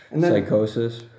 Psychosis